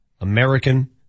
American